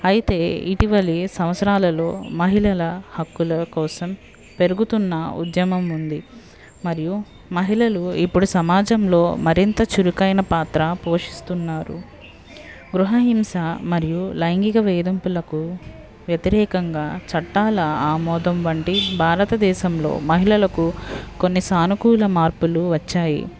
అయితే ఇటీవలి ఏ సంవత్సరాలలో మహిళల హక్కుల కోసం పెరుగుతున్న ఉద్యమం ఉంది మరియు మహిళలు ఇప్పుడు సమాజంలో మరింత చురుకైన పాత్ర పోషిస్తున్నారు గృహ హింస మరియు లైంగిక వేదింపులకు వ్యతిరేఖంగా చట్టాల ఆమోదం వంటి భారతదేశంలో మహిళలకు కొన్ని సానుకూల మార్పులు వచ్చాయి